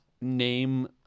name